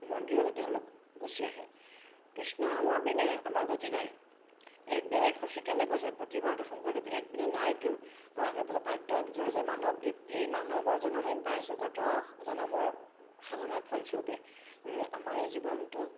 মন্দিৰলে তেওঁলোক গুচি আহে কৃষ্ণ নামৰ বিনে আমাৰ গতি নাই একদেৱ এক সেৱ সেইকাৰণে কৈছে প্ৰতিবাৰতে শংকৰদেৱ এক বিনে নাই কেও জয় যে মানৱ দেৱ এই মানৱৰ জনম আমি পাইছোঁ কত জীৱনৰ সাধনাৰ ফলস্বৰূপে গতিকে আমাৰ এই জীৱনটো